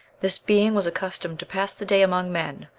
this being was accustomed to pass the day among men,